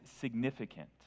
significant